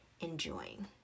enjoying